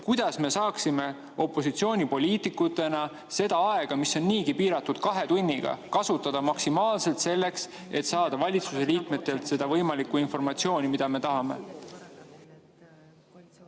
kuidas me saaksime opositsioonipoliitikutena seda aega, mis on niigi piiratud kahe tunniga, kasutada maksimaalselt selleks, et saada valitsuse liikmetelt seda võimalikku informatsiooni, mida me tahame?